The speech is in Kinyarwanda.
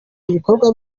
ibikorwa